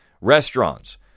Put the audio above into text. restaurants